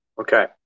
Okay